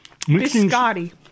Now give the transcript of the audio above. Biscotti